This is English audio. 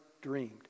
dreamed